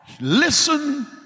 listen